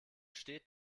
steht